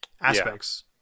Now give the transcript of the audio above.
aspects